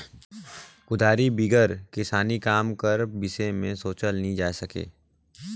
कुदारी बिगर किसानी काम कर बिसे मे सोचल नी जाए सके